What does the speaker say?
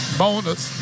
bonus